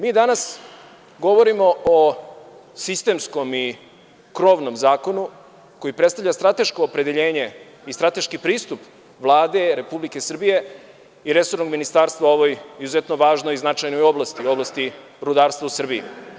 Mi danas govorimo o sistemskom i krovnom zakonu koji predstavlja strateško opredeljenje i strateški pristup Vlade Republike Srbije i resornog ministarstva o ovoj izuzetno važnoj i značajnoj oblasti, oblasti rudarstva u Srbiji.